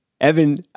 Evan